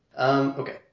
Okay